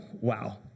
wow